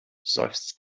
seufzt